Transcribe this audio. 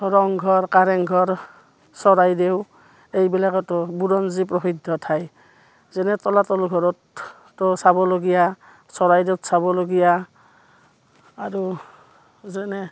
ৰংঘৰ কাৰেংঘৰ চৰাইদেউ এইবিলাকতো বুৰঞ্জী প্ৰসিদ্ধ ঠাই যেনে তলাতল ঘৰততো চাবলগীয়া চৰাইদেউত চাবলগীয়া আৰু যেনে